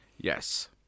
Yes